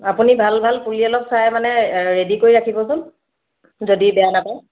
আপুনি ভাল ভাল পুলি অলপ চাই মানে ৰেডি কৰি ৰাখিবচোন যদি বেয়া নাপায়